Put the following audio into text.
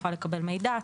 תוכל לקבל מידע,